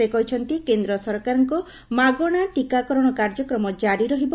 ସେ କହିଛନ୍ତି କେନ୍ଦ୍ର ସରକାରଙ୍କ ମାଗଣା ଟିକାକରଣ କାର୍ଯ୍ୟକ୍ରମ ଜାରି ରହିବ